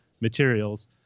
materials